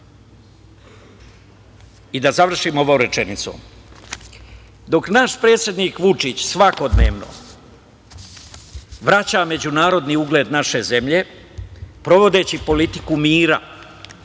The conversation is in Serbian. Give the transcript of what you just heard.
završim ovo rečenicom. Dok naš predsednik Vučić svakodnevno vraća međunarodni ugled naše zemlje, sprovodeći politiku mira,